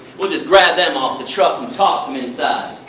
we'll just grab them off the trucks and toss them inside.